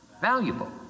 valuable